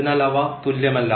അതിനാൽ അവ തുല്യമല്ല